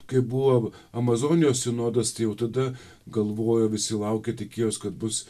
kaip buvo amazonijos sinodas tai jau tada galvojo visi laukė tikėjos kad bus